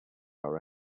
our